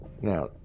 now